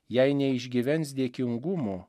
jei neišgyvens dėkingumo